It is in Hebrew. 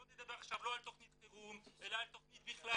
לא נדבר עכשיו על תכנית חירום אלא על תכנית בכלל